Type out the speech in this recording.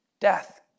Death